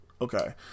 Okay